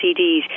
CDs